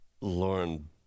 Lauren